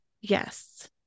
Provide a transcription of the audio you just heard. yes